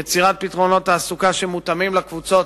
יצירת פתרונות תעסוקה שמותאמים לקבוצות